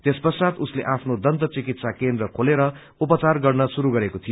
त्यस पश्चात् उसले आफ्नो दन्त चिकित्सा केन्द्र खोलेर उपचार गर्न शुरू गरेको थियो